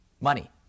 money